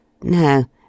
No